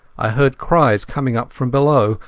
i heard cries coming up from below,